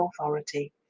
authority